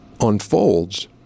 unfolds